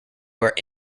where